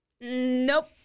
Nope